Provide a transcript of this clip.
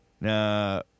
Now